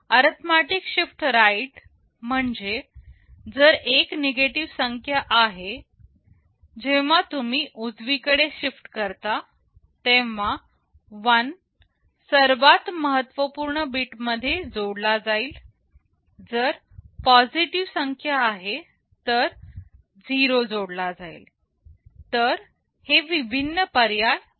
आणि arithmetic shift right म्हणजे जर एक निगेटिव्ह संख्या आहे जेव्हा तुम्ही उजवीकडे शिफ्ट करता तेव्हा 1 सर्वात महत्वपूर्ण बीट मध्ये जोडला जाईल जर पॉझिटिव्ह संख्या आहे तर 0 जोडला जाईल तर हे विभिन्न पर्याय आहेत